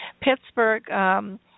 Pittsburgh